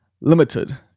limited